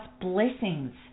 blessings